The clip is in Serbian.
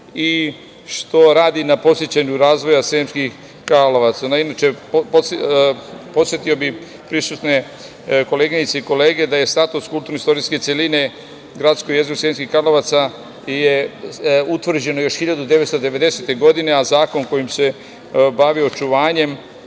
i što radi na podsticanju razvoja Sremskih Karlovaca. Inače, podsetio bih prisutne koleginice i kolege da je status kulturno-istorijske celine gradsko jezgro Sremskih Karlovaca je utvrđeno još 1990. godine, a zakon koji se bavi očuvanjem